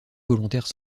volontaires